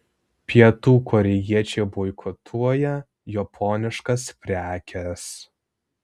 pietų korėjiečiai boikotuoja japoniškas prekes